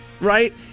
right